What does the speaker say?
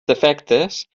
defectes